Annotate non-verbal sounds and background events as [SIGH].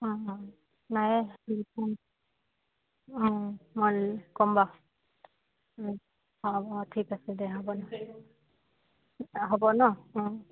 [UNINTELLIGIBLE]